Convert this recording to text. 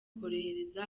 korohereza